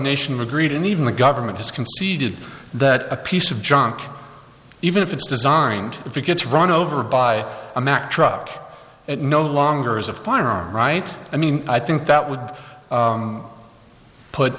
nation agreed and even the government has conceded that a piece of junk even if it's designed if it gets run over by a mack truck it no longer is a firearm right i mean i think that would